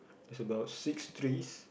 there's about six trees